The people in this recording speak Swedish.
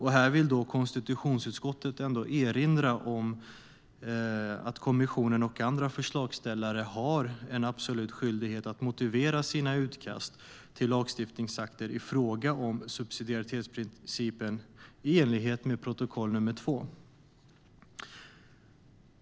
Här vill konstitutionsutskottet ändå erinra om att kommissionen och andra förslagsställare har en absolut skyldighet att motivera sina utkast till lagstiftningsakter i fråga om subsidiaritetsprincipen, i enlighet med protokoll nr 2.